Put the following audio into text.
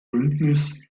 bündnis